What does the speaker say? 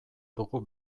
dugu